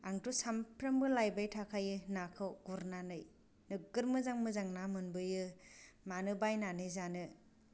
आंथ' सानफ्रामबो लायबाय थाखायो नाखौ गुरनानै नोगोद मोजां मोजां ना मोनबोयो मानो बायनानै जानो